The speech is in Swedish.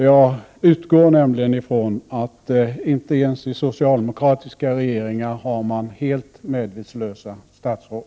Jag utgår nämligen från att man inte ens i socialdemokratiska regeringar har helt medvetslösa statsråd.